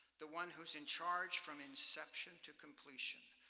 the one who's in charge from inception to completion.